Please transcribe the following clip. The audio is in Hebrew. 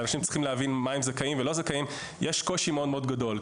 ואנשים צריכים להבין למה הם זכאים ולא זכאים יש קושי מאוד-מאוד גדול,